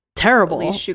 terrible